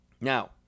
Now